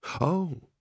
Oh